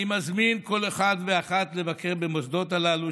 אני מזמין כל אחד ואחת לבקר במוסדות הללו,